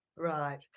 Right